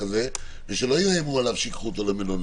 כשיש שאלה או מה,